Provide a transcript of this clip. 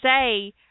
say